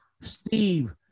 Steve